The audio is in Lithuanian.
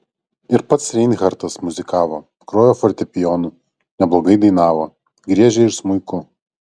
ir pats reinhartas muzikavo grojo fortepijonu neblogai dainavo griežė ir smuiku